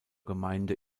gemeinde